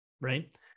right